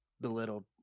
belittled